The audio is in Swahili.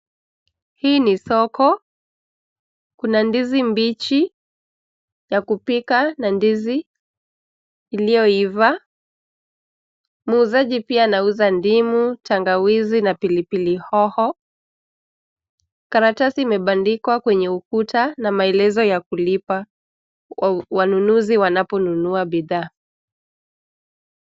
Hii ni soko. Kuna ndizi mbichi, ya kupika na ndizi iliyoiva. Muuzaji pia anauza ndimu, tangawizi, pilipili hoho. Karatasi imebandikwa kwenye ukuta na maelezo ya kulipa wau wanunuzi wanapo nunua bidhaa.